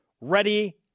ready